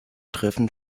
treffen